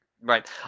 right